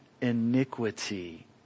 iniquity